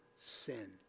sin